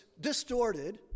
distorted